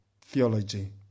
theology